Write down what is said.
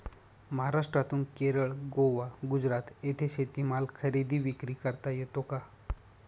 महाराष्ट्रातून केरळ, गोवा, गुजरात येथे शेतीमाल खरेदी विक्री करता येतो का?